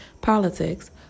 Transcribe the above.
politics